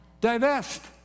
divest